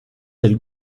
del